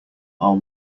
are